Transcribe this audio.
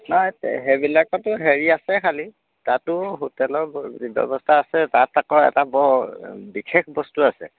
নাই তে সেইবিলাকতো হেৰি আছে খালী তাতো হোটেলৰ ব ব্যৱস্থা আছে তাত আকৌ এটা বৰ বিশেষ বস্তু আছে